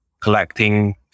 collecting